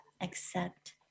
accept